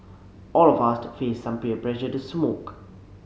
all of us faced some peer pressure to smoke